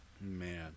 Man